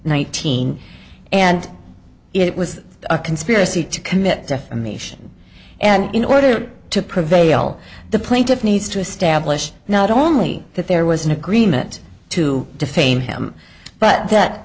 thousand and it was a conspiracy to commit defamation and in order to prevail the plaintiff needs to establish not only that there was an agreement to defame him but that